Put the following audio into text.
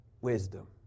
wisdom